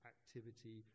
Activity